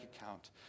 account